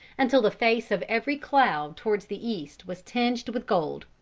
until the face of every cloud towards the east was tinged with gold.